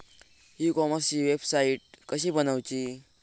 E कॉमर्सची website कशी बनवची?